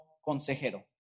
consejero